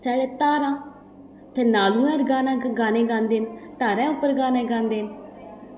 साढ़े धारां ते नाले गाने गांदे न धारें उप्पर गाने गांदे